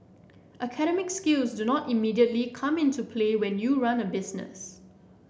academic skills do not immediately come into play when you run a business